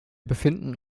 befinden